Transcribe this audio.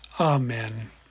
Amen